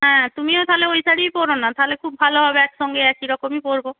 হ্যাঁ তুমিও তাহলে ওই শাড়িই পর না তাহলে খুব ভালো হবে একসঙ্গে একই রকমই পরবো